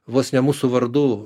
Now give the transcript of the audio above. vos ne mūsų vardu